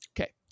Okay